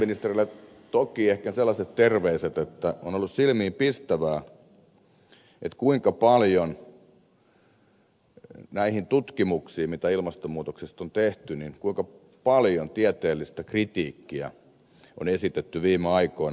ympäristöministerille toki ehkä sellaiset terveiset että on ollut silmiinpistävää kuinka paljon näitä tutkimuksia kohtaan mitä ilmastonmuutoksesta on tehty tieteellistä kritiikkiä on esitetty viime aikoina